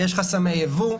יש חסמי יבוא,